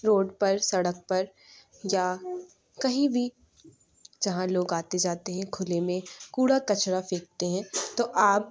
road پر سڑک پر یا کہیں بھی جہاں لوگ آتے جاتے ہیں كُھلے میں كوڑا كچرا پھینكتے ہیں تو آپ